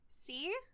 See